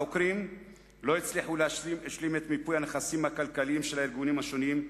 החוקרים לא הצליחו להשלים את מיפוי הנכסים הכלכליים של הארגונים השונים,